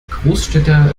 großstädter